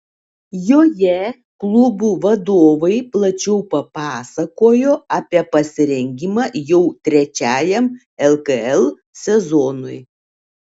joje klubų vadovai plačiau papasakojo apie pasirengimą jau trečiajam lkl sezonui